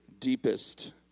deepest